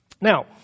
Now